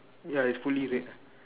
ya it's fully red